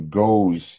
goes